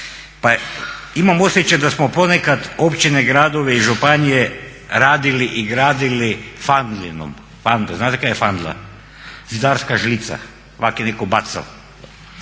Pa imam osjećaj da smo ponekad općine, gradove i županije radili i gradili fanglinom, znate šta je fangla? Zidarska žlica. Ovako je netko baca.